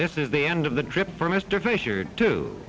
this is the end of the trip for mr fisher to